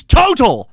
total